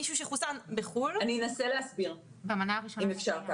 מישהו שחוסן בחו"ל --- אני מנסה להסביר אם אפשר,